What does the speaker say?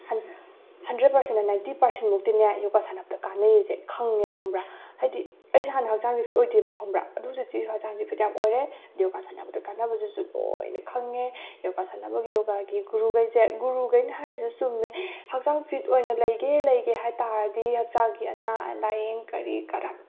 hundred percent ninety percent ꯃꯨꯛꯇꯤꯅꯦ ꯌꯣꯒꯥ ꯁꯥꯟꯅꯕꯗ ꯀꯥꯟꯅꯩ ꯑꯁꯦ ꯈꯪꯉꯦꯕ ꯈꯪꯕ꯭ꯔꯥ ꯍꯥꯏꯗꯤ ꯑꯩꯁꯦ ꯍꯥꯟꯅ ꯍꯛꯆꯥꯡꯁꯦ ꯐꯤꯠ ꯑꯣꯏꯗꯦꯕ ꯈꯪꯕ꯭ꯔꯥ ꯑꯗꯨ ꯍꯧꯖꯤꯛꯇꯤ ꯍꯛꯆꯥꯡꯁꯦ ꯐꯤꯠ ꯌꯥꯝ ꯑꯣꯏꯔꯦ ꯑꯗ ꯌꯣꯒꯥ ꯁꯥꯟꯅꯕꯗ ꯀꯥꯟꯅꯕꯗꯨꯁꯨ ꯂꯣꯏꯅ ꯈꯪꯉꯦ ꯌꯣꯒꯥ ꯁꯥꯟꯅꯕꯒꯤ ꯌꯣꯒꯥꯒꯤ ꯒꯨꯔꯨꯈꯩꯁꯦ ꯒꯨꯔꯨꯈꯩꯅ ꯍꯥꯏꯔꯤꯗꯨꯁꯨ ꯆꯨꯝꯃꯦ ꯍꯛꯆꯥꯡ ꯐꯤꯠ ꯑꯣꯏꯅ ꯂꯩꯒꯦ ꯂꯩꯒꯦ ꯍꯥꯏ ꯇꯥꯔꯗꯤ ꯍꯛꯆꯥꯡꯒꯤ ꯑꯅꯥ ꯂꯥꯏꯌꯦꯡ ꯀꯔꯤ ꯀꯔꯥ